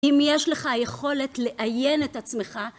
אם יש לך היכולת לעיין את עצמך...